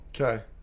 Okay